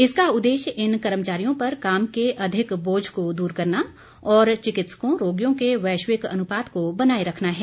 इसका उद्देश्य इन कर्मचारियों पर काम के अधिक बोझ को दूर करना और चिकित्सकों रोगियों के वैश्विक अनुपात को बनाए रखना है